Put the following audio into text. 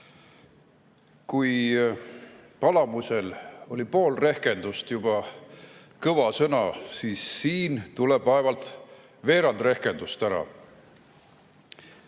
Kui Palamusel oli pool rehkendust juba kõva sõna, siis siin tuleb vaevalt veerand rehkendust ära.